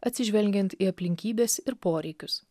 atsižvelgiant į aplinkybes ir poreikius